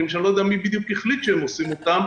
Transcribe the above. שאני לא יודע מי בדיוק החליט שהוא עושה אותם,